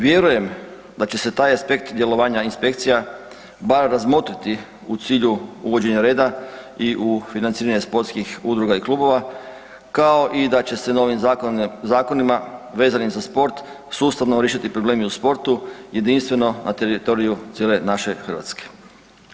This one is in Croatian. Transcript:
Vjerujem da će se taj aspekt djelovanja inspekcija bar razmotriti u cilju uvođenja reda i u financiranje sportskih udruga i klubova kao i da će se novim zakonima vezanim za sport sustavno riješiti problemi u sportu, jedinstveno na teritoriju cijele naše Hrvatske.